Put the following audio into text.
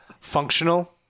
functional